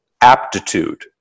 aptitude